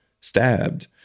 stabbed